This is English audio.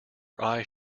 eyes